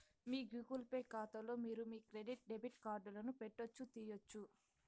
మీ Google Pay కాతాలో మీరు మీ క్రెడిట్ డెబిట్ కార్డులను పెట్టొచ్చు, తీయొచ్చు